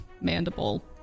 mandible